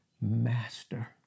Master